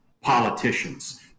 politicians